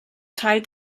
teil